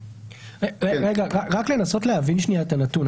רק לנסות להבין את הנתון,